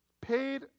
paid